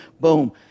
Boom